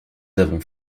avons